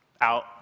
out